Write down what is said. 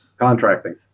Contracting